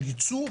של יצוא,